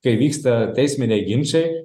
kai vyksta teisminiai ginčai